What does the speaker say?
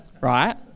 right